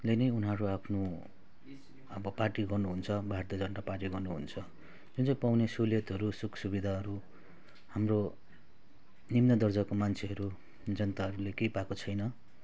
ले नै उनीहरू आफ्नो अब पार्टी गर्नु हुन्छ भारतीय जनता पार्टी गर्नु हुन्छ जुन चाहिँ पाउने सहुलियतहरू सुख सुविधाहरू हाम्रो निम्न दर्जाको मान्छेहरू जनताहरूले केही पाएको छैन